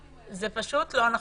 זה פשוט לא נכון.